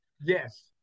Yes